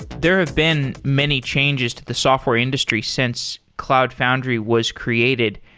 there have been many changes to the software industry since cloud foundry was created.